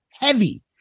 heavy